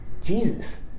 Jesus